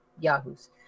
Yahoo's